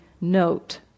note